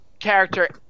character